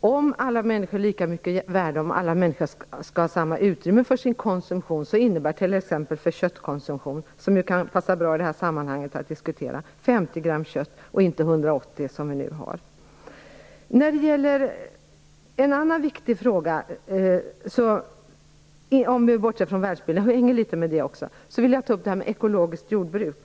Om alla människor är lika mycket värda, om alla människor skall ha samma utrymme för sin konsumtion innebär det för t.ex. köttkonsumtionen, som kan passa bra att diskutera i det här sammanhanget, 50 gram kött om dagen och inte 180 som vi nu har. En annan viktig fråga som jag vill ta upp, om vi bortser från världsbilden, gäller ekologiskt jordbruk.